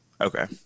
Okay